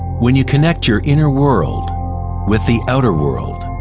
when you connect your inner world with the outer world,